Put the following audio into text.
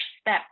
step